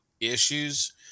issues